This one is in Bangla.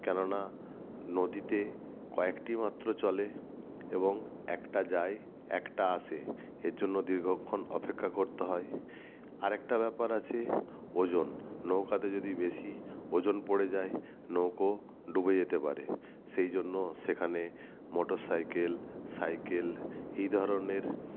কেননা নদীতে কয়েকটি মাত্র চলে এবং একটা যায় একটা আসে এর জন্য দীর্ঘক্ষণ অপেক্ষা করতে হয় আরেকটা ব্যাপার আছে ওজন নৌকাতে যদি বেশি ওজন পড়ে যায় নৌকো ডুবে যেতে পারে সেই জন্য সেখানে মোটরসাইকেল সাইকেল এই ধরনের